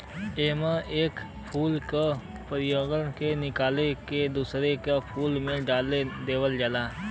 एमे एक फूल के परागण के निकाल के दूसर का फूल में डाल देवल जाला